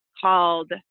called